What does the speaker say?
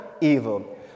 evil